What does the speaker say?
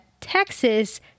Texas